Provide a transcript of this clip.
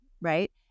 right